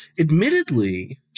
admittedly